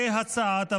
כהצעת הוועדה.